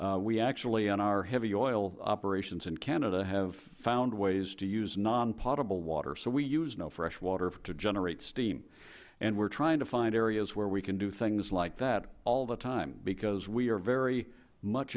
we actually in our heavy oil operations in canada have found ways to use nonpotable water so we use no freshwater to generate steam and we're trying to find areas where we can do things like that all the time because we are very much